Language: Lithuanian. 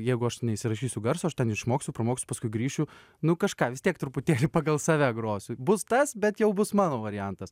jeigu aš neįsirašysiu garso aš ten išmoksiu pramoksiu paskui grįšiu nu kažką vis tiek truputėlį pagal save grosiu bus tas bet jau bus mano variantas